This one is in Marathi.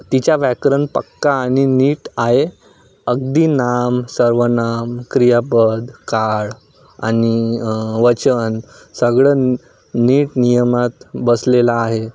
तिच्या व्याकरण पक्का आणि नीट आहे अगदी नाम सर्वनाम क्रियापद काळ आणि वचन सगळं नीट नियमात बसलेलं आहे